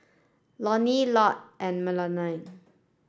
Loney Lott and Melony